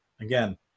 again